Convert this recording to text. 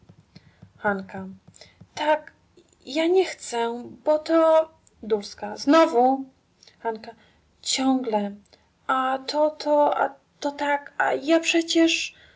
tak ja nie chcę bo to znowu ciągle a to to a to tak a ja przecież